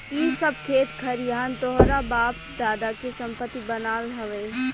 इ सब खेत खरिहान तोहरा बाप दादा के संपत्ति बनाल हवे